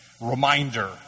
Reminder